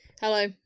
Hello